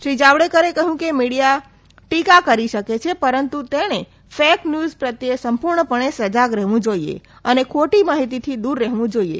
શ્રી જાવડેકરે કહયું કે મીડીયા ટીકા કરી શકે છે પરંતુ તેણે ફેક ન્યુઝ પ્રત્યે સંપુર્ણપણે સજાગ રહેવુ જોઇએ અને ખોટી માહિતીથી દુર રહેવુ જોઇએ